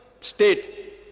state